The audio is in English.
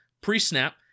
pre-snap